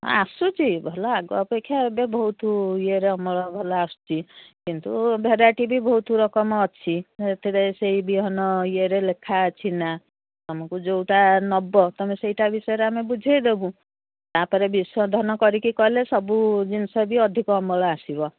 ଆସୁଛି ଭଲ ଆଗ ଅପେକ୍ଷା ଏବେ ବହୁତ ଇଏରେ ଅମଳ ଭଲ ଆସୁଛି କିନ୍ତୁ ଭେରାଇଟି ବି ବହୁତ ରକମ ଅଛି ସେଥିରେ ସେଇ ବିହନ ଇଏରେ ଲେଖା ଅଛି ନା ତମକୁ ଯୋଉଟା ନେବ ତମେ ସେଇଟା ବିଷୟରେ ଆମେ ବୁଝେଇଦେବୁ ତା'ପରେ ବିଶୋଧନ କରିକି କଲେ ସବୁ ଜିନିଷ ବି ଅଧିକ ଅମଳ ଆସିବ